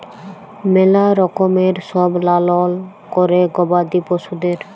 ম্যালা রকমের সব লালল ক্যরে গবাদি পশুদের